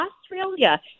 Australia